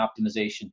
optimization